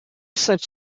such